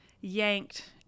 yanked